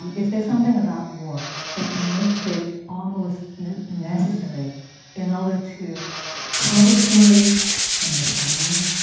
is there something about war that makes it almost necessary in order to tell a story from the side,